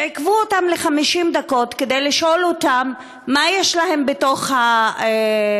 ועיכבו אותן 50 דקות כדי לשאול אותן מה יש להן בתוך התיק,